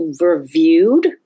reviewed